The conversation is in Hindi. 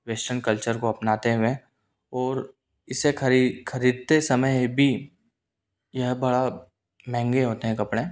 वेस्टर्न कल्चर को अपनाते हुए और इसे खरीदते समय भी यह बड़ा महंगे होते हैं कपड़ा